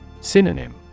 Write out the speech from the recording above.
Synonym